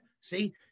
See